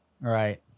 Right